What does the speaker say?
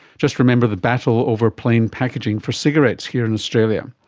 just remember the battle over plain packaging for cigarettes here in australia.